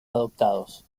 adoptados